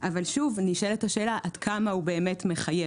אבל שוב נשאלת השאלה עד כמה הוא באמת מחייב.